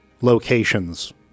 locations